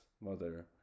mother